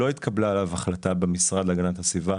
לא התקבלה עליו עמדה מהמשרד להגנת הסביבה,